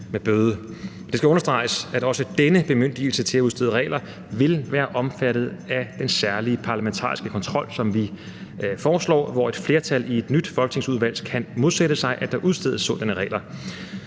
Det skal understreges, at også denne bemyndigelse til at udstede regler vil være omfattet af den særlige parlamentariske kontrol, som vi foreslår, hvor et flertal i et nyt folketingsudvalg kan modsætte sig, at der udstedes sådanne regler.